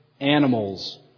animals